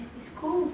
school